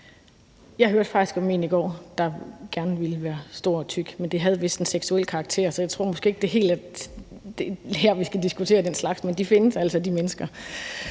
Jeg hørte faktisk om en i går, der gerne ville være stor og tyk, men det havde vist en seksuel karakter, så jeg tror måske ikke, det er her, vi skal diskutere den slags. Men de mennesker